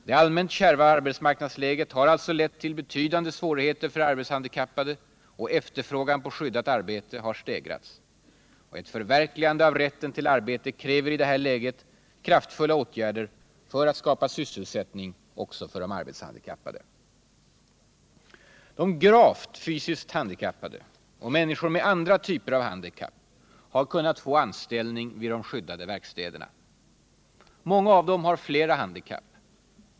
Det allmänna kärva arbetsmarknadsläget har alltså lett till betydande svårigheter för arbetshandikappade, och efterfrågan på skyddat arbete har stegrats. Ett förverkligande av rätten till arbete kräver i det här läget kraftfulla åtgärder för att skapa sysselsättning också för de arbetshandikappade. Gravt fysiskt handikappade och människor med andra typer av handikapp har kunnat få anställning vid de skyddade verkstäderna. Många av dem har flera handikapp.